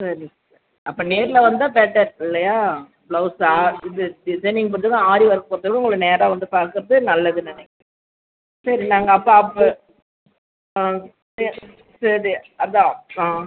சரி அப்போ நேரில் வந்தால் பெட்டர் இல்லையா ப்ளவுஸு ஆ இது டிசைனிங் பண்ணுறதும் ஆரி ஒர்க் பண்ணுறதும் உங்களை நேராக வந்து பார்க்கறது நல்லதுன்னு நினைக்கிறிங்க சரி நாங்கள் அப்போ அப்போ ஆ சரி சரி அதான் ஆ